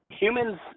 Humans